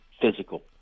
physical